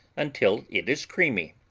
until it is creamy,